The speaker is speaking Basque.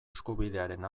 eskubidearen